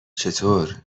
چطور